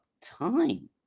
time